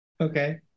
Okay